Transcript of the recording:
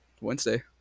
Wednesday